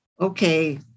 okay